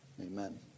Amen